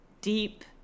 deep